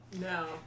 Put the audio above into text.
No